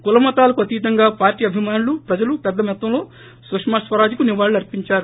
కుల మతాలకు అతీతంగా పార్లీ అభిమానులు ప్రజలు పెద్ద మొత్తంలో సుష్మా స్వరాజ్ కు నివాళులర్చించారు